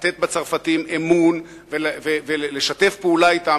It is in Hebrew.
לתת בצרפתים אמון ולשתף פעולה אתם